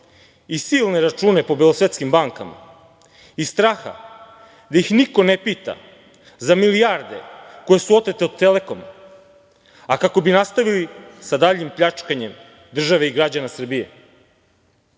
i silne račune po belosvetskim bankama, iz straha da ih niko ne pita za milijarde koje su otete od Telekoma, a kako bi nastavili sa daljim pljačkanjem države i građana Srbije,